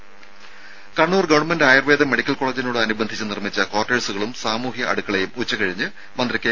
ദേഴ Kannur government ayurveda medical കോളേജിനോട് അനുബന്ധിച്ച് നിർമ്മിച്ച ക്വാർട്ടേഴ്സുകളും സാമൂഹ്യ അടുക്കളയും ഉച്ച കഴിഞ്ഞ് മന്ത്രി കെ